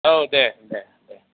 औ दे दे दे